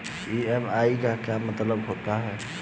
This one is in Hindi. ई.एम.आई का क्या मतलब होता है?